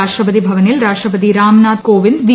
രാഷ്ട്രപതി ഭവനിൽ രാഷ്ട്രപതി രാം നാഥ് കോവിദ്ദ് വി